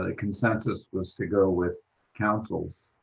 ah consensus was to go with council's's